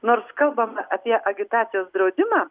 nors kalbama apie agitacijos draudimą